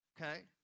Okay